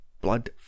blood